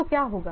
तो क्या होगा